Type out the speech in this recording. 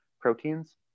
proteins